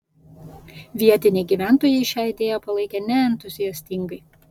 vietiniai gyventojai šią idėją palaikė neentuziastingai